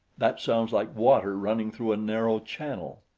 that sounds like water running through a narrow channel.